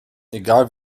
egal